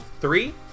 three